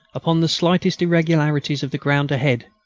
upon the slightest irregularities of the ground ahead.